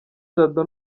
jado